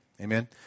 Amen